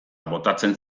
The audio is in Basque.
botatzen